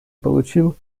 получил